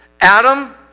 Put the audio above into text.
Adam